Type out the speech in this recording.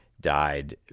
died